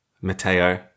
Mateo